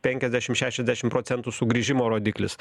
penkiasdešim šešiasdešim procentų sugrįžimo rodiklis